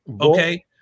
Okay